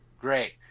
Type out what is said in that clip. Great